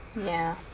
ya